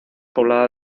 poblada